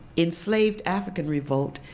enslaved african revolt,